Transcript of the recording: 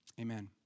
amen